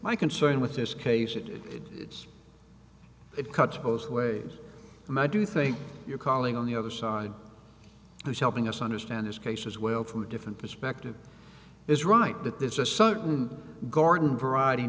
my concern with this case it did it's it cuts both ways and i do think you're calling on the other side who's helping us understand this case as well from a different perspective is right that there's a certain garden variety